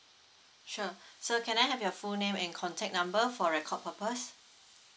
sure sir can I have your full name and contact number for record purpose